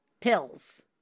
pills